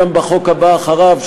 גם בחוק הבא אחריו,